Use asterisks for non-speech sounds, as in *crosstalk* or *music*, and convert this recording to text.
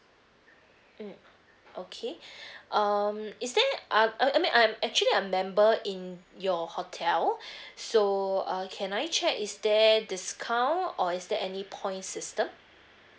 mm okay *breath* um is there ah I mean I'm actually a member in your hotel *breath* so uh can I check is there discount or is there any points system